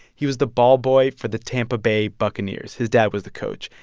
he was the ball boy for the tampa bay buccaneers. his dad was the coach.